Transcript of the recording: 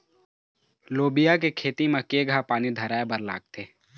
लोबिया के खेती म केघा पानी धराएबर लागथे?